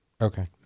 okay